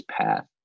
path